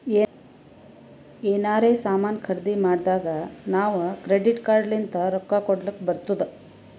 ಎನಾರೇ ಸಾಮಾನ್ ಖರ್ದಿ ಮಾಡ್ದಾಗ್ ನಾವ್ ಕ್ರೆಡಿಟ್ ಕಾರ್ಡ್ ಲಿಂತ್ ರೊಕ್ಕಾ ಕೊಡ್ಲಕ್ ಬರ್ತುದ್